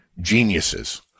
geniuses